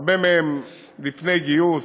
הרבה מהם לפני גיוס,